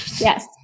Yes